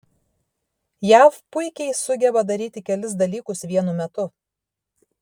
jav puikiai sugeba daryti kelis dalykus vienu metu